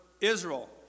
Israel